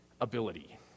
Ability